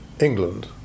England